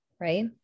right